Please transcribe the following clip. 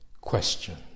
question